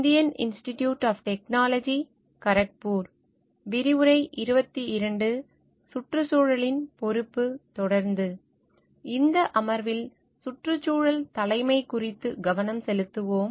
இந்த அமர்வில் சுற்றுச்சூழல் தலைமை குறித்து கவனம் செலுத்துவோம்